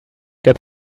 get